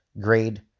grade